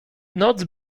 noc